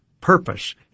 purpose